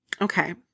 okay